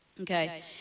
Okay